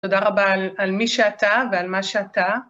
תודה רבה על מי שאתה ועל מה שאתה.